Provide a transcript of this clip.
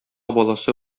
баласы